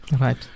Right